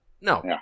No